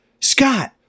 Scott